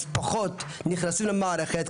אז פחות נכנסים למערכת.